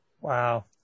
Wow